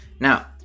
Now